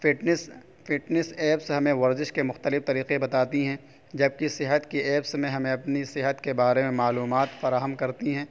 fitness fitness apps ہمیں ورزش کے مختلف طریقے بتاتی ہیں جبکہ صحت کے ایپس میں ہمیں اپنی صحت کے بارے میں معلومات فراہم کرتی ہیں